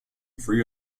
free